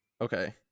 Okay